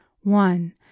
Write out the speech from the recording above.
one